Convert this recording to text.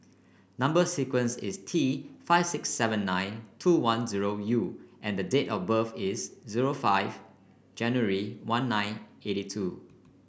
number sequence is T five six seven nine two one zero U and the date of birth is zero five January one nine eighty two